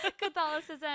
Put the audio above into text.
Catholicism